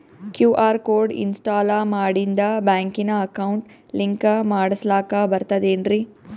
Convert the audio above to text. QR code install ಮಾಡಿಂದ ಬ್ಯಾಂಕಿನ account link ಮಾಡಸ್ಲಾಕ ಬರ್ತದೇನ್ರಿ